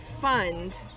fund